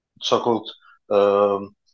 so-called